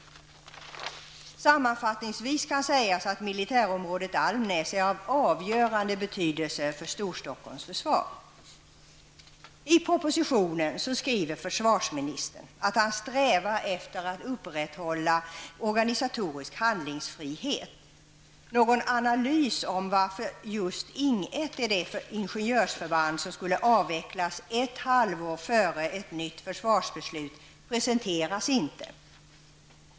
Sammanfattningsvis kan sägas att militärområdet Almnäs är av avgörande betydelse för I propositionen skriver försvarsministern, att han strävar efter att upprätthålla organisatorisk handlingsfrihet. Någon analys av varför just Ing 1 är det ingenjörsförband som skulle avvecklas ett halvår före ett nytt försvarsbeslut presenterades emellertid inte.